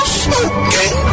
smoking